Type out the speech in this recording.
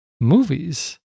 movies